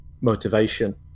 motivation